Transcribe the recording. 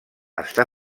està